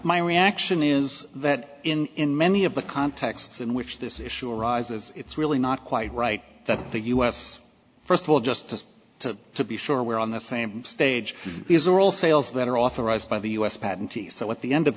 my reaction is that in many of the contexts in which this issue arises it's really not quite right that the u s first of all just to to be sure we're on the same stage these are all sales that are authorized by the u s patent so at the end of